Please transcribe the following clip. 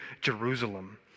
Jerusalem